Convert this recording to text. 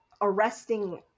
arresting